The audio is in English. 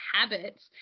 habits